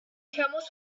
camels